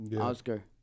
Oscar